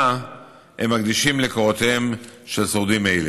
הם מקדישים לקורותיהם של שורדים אלה.